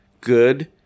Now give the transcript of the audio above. good